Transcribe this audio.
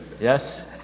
Yes